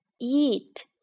eat